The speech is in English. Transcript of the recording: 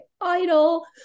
idol